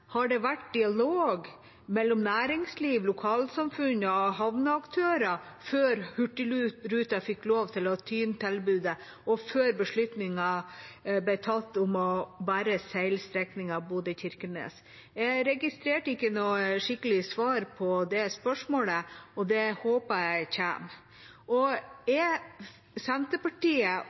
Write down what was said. det har vært dialog med næringsliv, lokalsamfunn og havneaktører før Hurtigruten fikk lov til å tyne tilbudet, og før beslutningen ble tatt om bare å seile strekningen Bodø–Kirkenes. Jeg registrerte ikke noe skikkelig svar på det spørsmålet. Jeg håper at det kommer. Senterpartiet og jeg